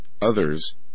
others